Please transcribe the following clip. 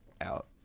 out